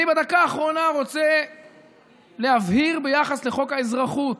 בדקה האחרונה אני רוצה להבהיר ביחס לחוק האזרחות: